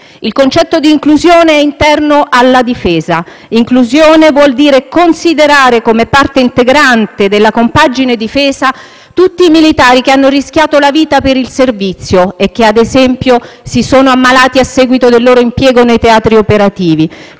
Il concetto di inclusione è interno alla difesa. Inclusione vuol dire considerare come parte integrante della compagine difesa tutti i militari che hanno rischiato la vita per il servizio e che, ad esempio, si sono ammalati a seguito del loro impiego nei teatri operativi.